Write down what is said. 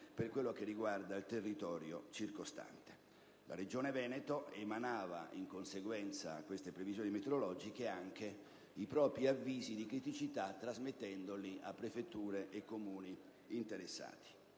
per quello che riguarda il territorio circostante. La Regione Veneto emanava, in conseguenza di queste previsioni meteorologiche, anche i propri avvisi di criticità, trasmettendoli a prefetture e Comuni interessati.